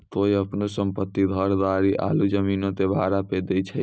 कोय अपनो सम्पति, घर, गाड़ी आरु जमीनो के भाड़ा पे दै छै?